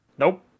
nope